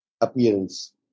appearance